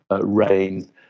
rain